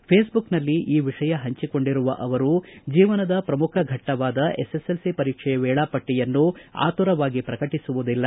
ಫೇಸ್ಬುಕ್ನಲ್ಲಿ ಈ ವಿಷಯ ಪಂಚಿಕೊಂಡಿರುವ ಆವರು ಜೀವನದ ಪ್ರಮುಖ ಘಟ್ಟವಾದ ಎಸ್ಎಸ್ಎಲ್ಸಿ ಪರೀಕ್ಷೆಯ ವೇಳಾಪಟ್ಟಿಯನ್ನು ಆತುರಾತುರವಾಗಿ ಪ್ರಕಟಿಸುವುದಿಲ್ಲ